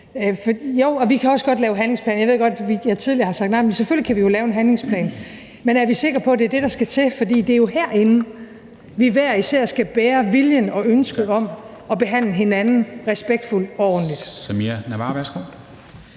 her. Vi kan også godt lave en handlingsplan. Jeg ved godt, at jeg tidligere har sagt nej, men selvfølgelig kan vi lave en handlingsplan. Men er vi sikre på, at det er det, der skal til, for det er jo herinde (statsministeren retter begge hænder ind mod brystet), vi hver især skal bære viljen til og ønsket om at behandle hinanden respektfuldt og ordentligt? Kl.